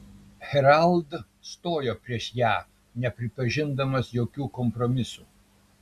herald stojo prieš ją nepripažindamas jokių kompromisų